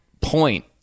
point